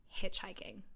Hitchhiking